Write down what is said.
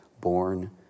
born